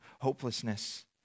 hopelessness